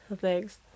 thanks